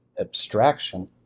abstraction